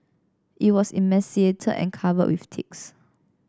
it was emaciated and covered with ticks